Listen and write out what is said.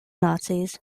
nazis